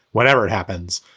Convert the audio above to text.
whatever it happens,